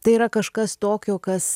tai yra kažkas tokio kas